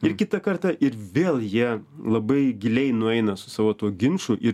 ir kitą kartą ir vėl jie labai giliai nueina su savo tuo ginču ir